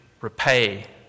repay